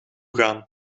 gaan